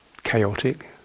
chaotic